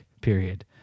period